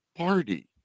party